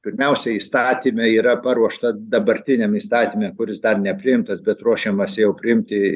pirmiausia įstatyme yra paruošta dabartiniam įstatyme kuris dar nepriimtas bet ruošiamasi jau priimti